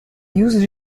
used